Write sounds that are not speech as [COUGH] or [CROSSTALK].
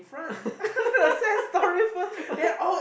[LAUGHS]